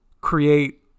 create